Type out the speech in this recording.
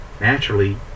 naturally